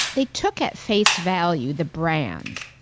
they took at face value the brand,